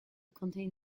contain